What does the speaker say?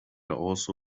also